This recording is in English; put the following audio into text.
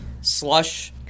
slush